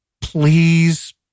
Please